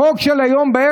החוק של הערב,